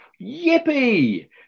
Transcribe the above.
Yippee